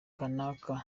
kanaka